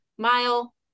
Mile